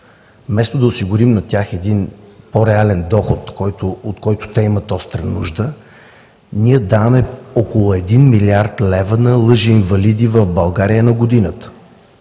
вместо да осигурим на тях един по-реален доход, от който те имат остра нужда, ние даваме около 1 млрд. лв. на лъжеинвалиди в България на годината.